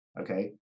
Okay